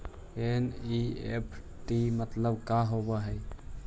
NEFT मतलब का होब हई?